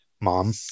mom